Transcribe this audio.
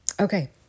Okay